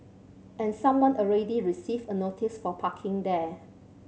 and someone already received a notice for parking there